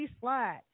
Slide